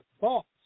thoughts